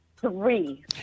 Three